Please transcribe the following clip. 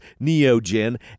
NeoGen